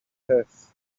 have